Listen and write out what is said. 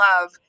love